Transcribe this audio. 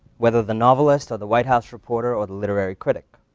whether the novelist or the white house reporter, or the literary critic.